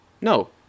No